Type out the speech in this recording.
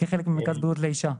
כחלק ממרכז בריאות לאישה.